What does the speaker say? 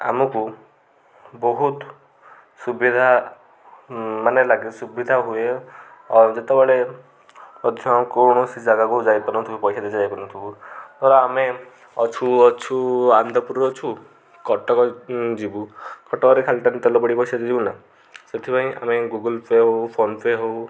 ଆମକୁ ବହୁତ ସୁବିଧା ମାନେ ଲାଗେ ସୁବିଧା ହୁଏ ଯେତେବେଳେ ମଧ୍ୟ କୌଣସି ଜାଗାକୁ ଯାଇପାରୁନଥିବୁ ପଇସା ଦେଇ ଯାଇପାରୁନଥିବୁ ଧର ଆମେ ଅଛୁ ଅଛୁ ଆନ୍ଦପୁରରୁ ଅଛୁ କଟକ ଯିବୁ କଟକରେ ଖାଲିଟା ତେଲ ପଡ଼ି ପଇସା ଦେଇ ଯିବୁ ନା ସେଥିପାଇଁ ଆମେ ଗୁଗୁଲପେ ହଉ ଫୋନପେ ହଉ